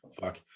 Fuck